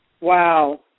Wow